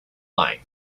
why